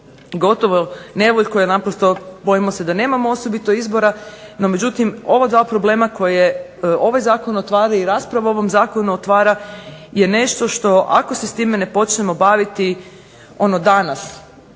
gotovo nevoljko jer naprosto bojimo se da nemamo osobito izbora. No međutim ova dva problema koje ovaj zakon otvara i rasprava o ovom zakonu otvara je nešto ako se s time ne počnemo baviti ono